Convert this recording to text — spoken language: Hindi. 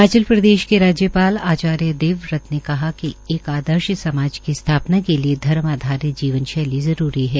हिमाचल प्रदेश के राज्यपाल आचार्य देवव्रत ने कहा कि एक आदर्श समाज की स्थापना के लिए धर्म आधारित जीवन शैली जरूरी है